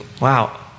Wow